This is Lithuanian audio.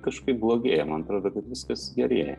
kažkaip blogėja man atrodo kad viskas gerėja